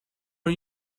are